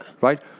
right